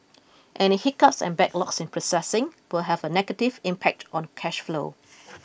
any hiccups and backlogs in processing will have a negative impact on cash flow